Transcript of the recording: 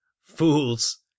fools